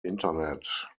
internet